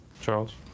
Charles